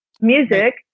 music